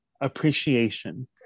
appreciation